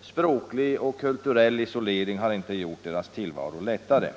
Språklig och kulturell isolering har inte gjort deras tillvaro lättare.